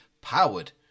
powered